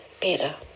better